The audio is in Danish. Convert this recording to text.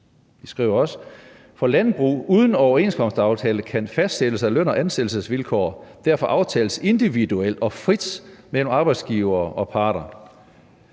»For landbrug uden overenskomstaftale kan fastsættelse af løn og ansættelsesvilkår derfor aftales individuelt og frit mellem arbejdsgiver og